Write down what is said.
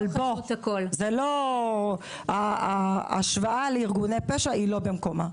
אבל ההשוואה לארגוני פשע היא לא במקומה.